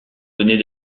venait